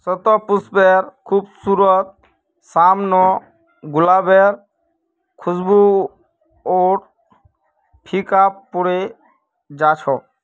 शतपुष्पेर खुशबूर साम न गुलाबेर खुशबूओ फीका पोरे जा छ